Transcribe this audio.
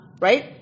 right